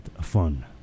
fun